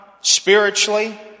spiritually